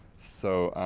so,